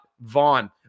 Vaughn